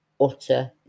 Utter